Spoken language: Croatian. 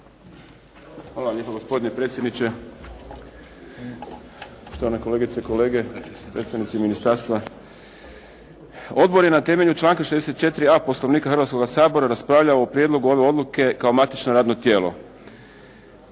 Hvala lijepa gospodine predsjedniče, štovane kolegice i kolege, predstavnici ministarstva. Odbor je na temelju članka 64.a Poslovnika Hrvatskoga sabora raspravljao o prijedlogu ove odluke kao matično radno tijelo.